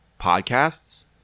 podcasts